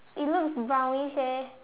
it looks brownish eh